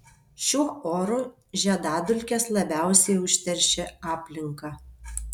šiuo oru žiedadulkės labiausiai užteršia aplinką